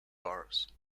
bars